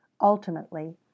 ultimately